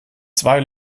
zwei